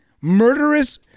murderous